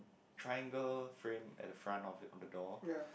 triangle frame at the front of it on the door